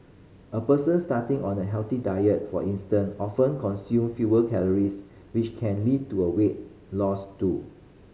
a person starting on a healthy diet for instance often consume fewer calories which can lead to a weight loss too